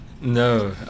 no